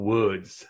Woods